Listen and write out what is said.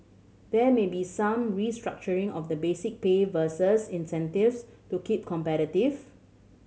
there may be some restructuring of the basic pay versus incentives to keep competitive